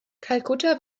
kalkutta